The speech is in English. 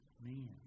man